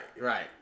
right